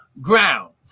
ground